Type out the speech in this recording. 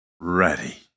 ready